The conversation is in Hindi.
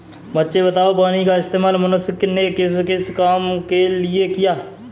बच्चे बताओ पानी का इस्तेमाल मनुष्य ने किस किस काम के लिए किया?